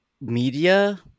media